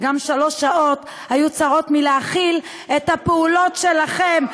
כי גם שלוש שעות היו צרות מלהכיל את הפעולות שלכם,